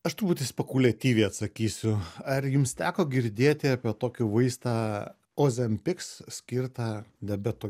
aš turbūt spekuliatyviai atsakysiu ar jums teko girdėti apie tokį vaistą ozempiks skirtą diabeto